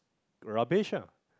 rubbish lah